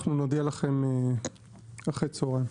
אנחנו נודיע לכם אחרי צוהריים.